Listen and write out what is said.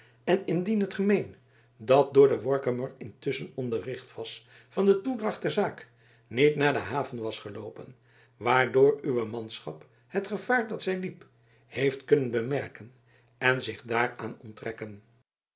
en indien het gemeen dat door den workummer intusschen onderricht was van de toedracht der zaak niet naar de haven was geloopen waardoor uwe manschap het gevaar dat zij liep heeft kunnen bemerken en zich daaraan onttrekken